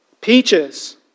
peaches